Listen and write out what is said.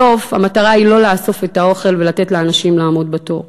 בסוף המטרה היא לא לאסוף את האוכל ולתת לאנשים לעמוד בתור.